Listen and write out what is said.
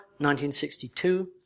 1962